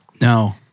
No